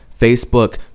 Facebook